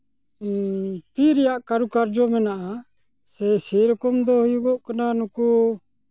ᱛᱤ ᱨᱮᱭᱟᱜ ᱠᱟᱨᱩ ᱠᱟᱨᱡᱚ ᱢᱮᱱᱟᱜᱼᱟ ᱥᱮᱨᱚᱠᱚᱢ ᱫᱚ ᱦᱩᱭᱩᱜᱚᱜ ᱠᱟᱱᱟ ᱱᱩᱠᱩ